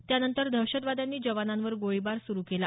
त्यानंतर दहशतवाद्यांनी जवानांवर गोळीबार सुरु केला